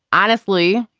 honestly,